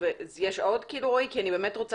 אני רוצה